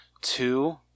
Two